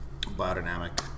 biodynamic